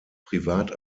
privat